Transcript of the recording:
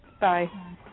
Bye